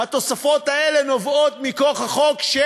התוספות האלה נובעות מכוח החוק של